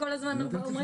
כל הזמן אומרים,